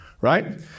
right